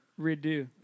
Redo